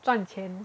赚钱